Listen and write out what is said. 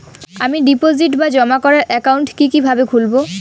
আমি ডিপোজিট বা জমা করার একাউন্ট কি কিভাবে খুলবো?